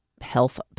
health